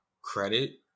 credit